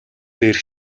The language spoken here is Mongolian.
дээрх